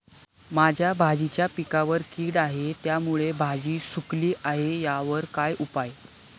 माझ्या भाजीच्या पिकावर कीड आहे त्यामुळे भाजी सुकली आहे यावर काय उपाय?